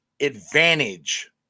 advantage